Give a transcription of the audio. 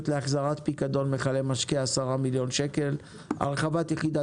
להחזרת פיקדון מכלי משקה 10 מיליון שקלים; הרחבת יחידת